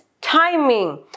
timing